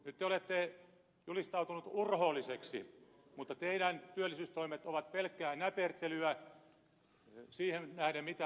nyt te olette julistautuneet urhoolliseksi mutta teidän työllisyystoimenne ovat pelkkää näpertelyä siihen nähden mitä tarvitaan